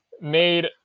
made